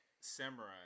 samurai